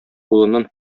улыннан